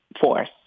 force